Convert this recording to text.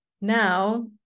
now